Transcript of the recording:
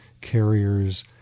carriers